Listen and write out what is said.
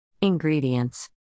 Ingredients